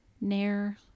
Nair